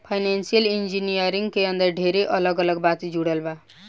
financial engineering के अंदर ढेरे अलग अलग बात जुड़ल बा